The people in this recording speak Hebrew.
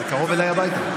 זה קרוב אליי הביתה.